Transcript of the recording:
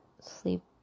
sleep